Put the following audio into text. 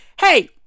Hey